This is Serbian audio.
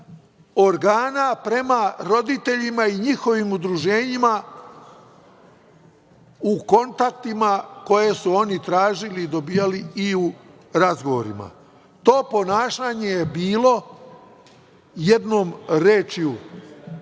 organa prema roditeljima i njihovim udruženjima u kontaktima koje su oni tražili i dobijali i u razgovorima. To ponašanje je bilo jednom rečju